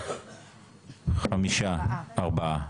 ארבעה.